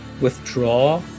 withdraw